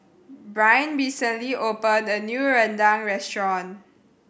Bryn recently opened a new rendang restaurant